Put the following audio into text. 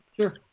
sure